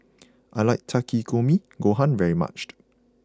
I like Takikomi Gohan very much